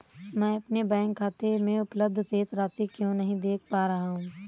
मैं अपने बैंक खाते में उपलब्ध शेष राशि क्यो नहीं देख पा रहा हूँ?